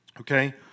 Okay